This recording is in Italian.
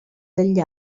degli